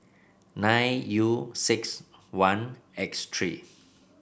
nine U six one X three